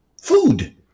food